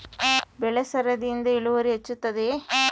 ಬೆಳೆ ಸರದಿಯಿಂದ ಇಳುವರಿ ಹೆಚ್ಚುತ್ತದೆಯೇ?